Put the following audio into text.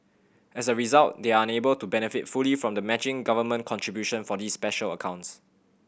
as a result they are unable to benefit fully from the matching government contribution for these special accounts